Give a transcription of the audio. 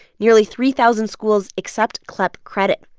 nearly three thousand schools except clep credit.